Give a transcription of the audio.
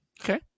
Okay